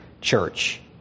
church